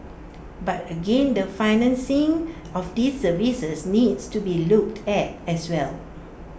but again the financing of these services needs to be looked at as well